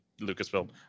lucasfilm